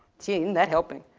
see, not helping,